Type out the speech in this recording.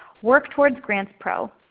work towards grants pro.